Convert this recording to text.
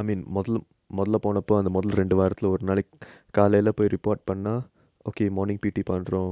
I mean மொதல்ல மொதல்ல போனப்பொ அந்த மொதல் ரெண்டு வாரத்துல ஒரு நாளைக்கு காலைல போய்:mothalla mothalla ponapo antha mothal rendu vaarathula oru naalaiku kaalaila poy report பன்னா:panna okay morning P_T பன்ரோ:panro